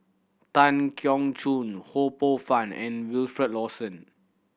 Tan Keong Choon Ho Poh Fun and Wilfed Lawson